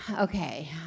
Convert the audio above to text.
okay